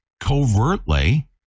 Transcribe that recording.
covertly